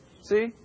See